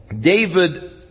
David